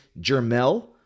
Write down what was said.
Jermel